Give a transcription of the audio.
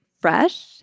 fresh